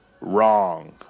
wrong